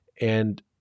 And-